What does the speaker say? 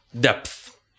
depth